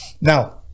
now